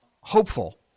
hopeful